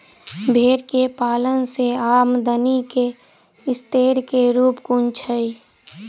भेंर केँ पालन सँ आमदनी केँ स्रोत केँ रूप कुन छैय?